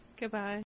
Goodbye